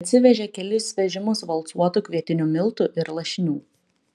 atsivežė kelis vežimus valcuotų kvietinių miltų ir lašinių